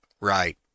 right